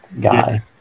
guy